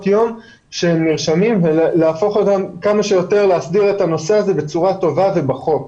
היום וכמה שיותר להסדיר את הנושא הזה בצורה טובה ובחוק.